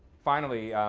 finally,